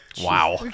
Wow